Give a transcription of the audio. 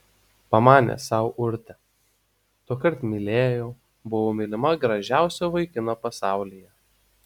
pamanė sau urtė tuokart mylėjau buvau mylima gražiausio vaikino pasaulyje